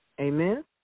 amen